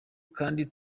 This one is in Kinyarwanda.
kandi